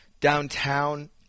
Downtown